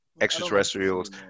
extraterrestrials